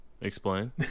Explain